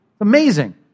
amazing